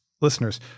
listeners